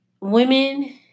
women